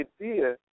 idea